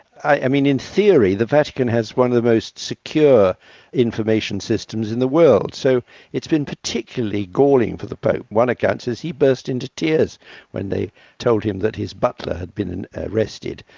i mean in theory the vatican has one of the most secure information systems in the world so it's been particularly galling for the pope. one account says he burst into tears when they told him that his butler had been arrested.